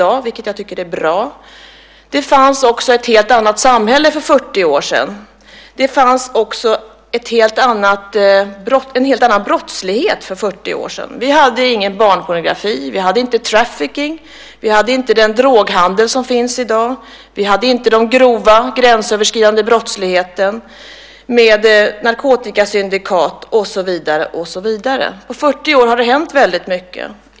Jag tycker att det är bra att det inte är så längre. Det var ett helt annat samhälle för 40 år sedan, och det var en helt annan brottslighet. Det fanns ingen barnpornografi, ingen trafficking , inte den droghandel som finns i dag eller den grova gränsöverskridande brottsligheten med narkotikasyndikat och så vidare. På 40 år har det hänt väldigt mycket.